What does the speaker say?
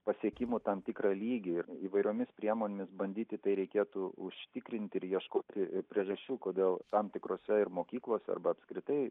pasiekimų tam tikrą lygį ir įvairiomis priemonėmis bandyti tai reikėtų užtikrinti ir ieškoti priežasčių kodėl tam tikrose ir mokyklose arba apskritai